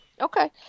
okay